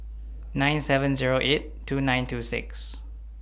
nine seven Zero eight two nine two six